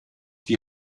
die